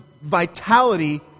vitality